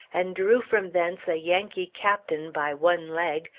and drew from thence a yankee captain, by one leg,